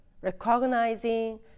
recognizing